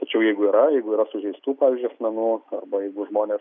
tačiau jeigu yra jeigu yra sužeistų pavyzdžiui asmenų arba jeigu žmonės